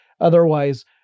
Otherwise